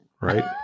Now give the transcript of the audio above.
right